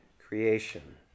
creation